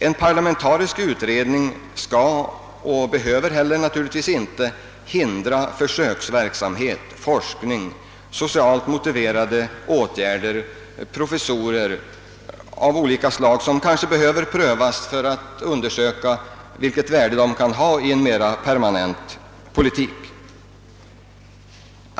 En parlamentarisk utredning skall naturligtvis inte och behöver inte hindra försöksverksamhet, forskning och socialt motiverade lösningar. Åtgärder av olika slag, t.ex. inrättande av professurer o. d., behöver kanske prövas för att man skall få en uppfattning om vilket värde de kan ha i en mera permanent politik.